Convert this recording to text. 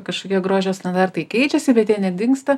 kažkokie grožio standartai keičiasi bet jie nedingsta